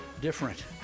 different